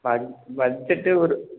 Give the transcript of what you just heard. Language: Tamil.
பட் பட்ஜெட்டு ஒரு